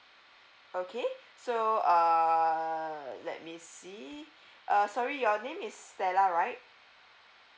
okay so err let me see uh sorry your name is stella right